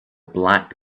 black